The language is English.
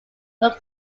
were